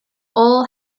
all